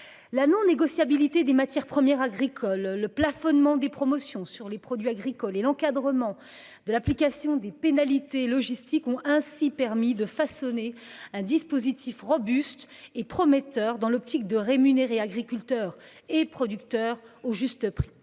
La non-négociabilité des matières premières agricoles, le plafonnement des promotions sur les produits agricoles et l'encadrement de l'application des pénalités logistiques ont ainsi permis de façonner un dispositif robuste et prometteur, dans l'optique de rémunérer au juste prix